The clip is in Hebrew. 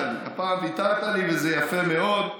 הפעם ויתרת לי, וזה יפה מאוד,